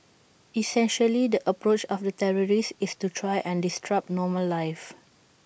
essentially the approach of the terrorists is to try and disrupt normal life